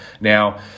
now